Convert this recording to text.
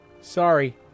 Sorry